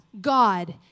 God